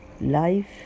life